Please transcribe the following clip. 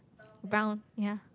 brown ya